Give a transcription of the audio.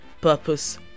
purpose